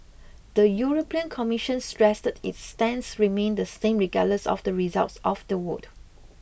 the European Commission stressed its stance remained the same regardless of the results of the vote